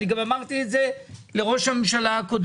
ואני גם אמרתי את זה גם לראש הממשלה הקודם,